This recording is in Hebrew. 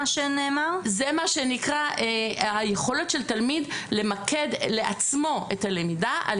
זה מה שנקרא היכולת של תלמיד למקד לעצמו את הלמידה על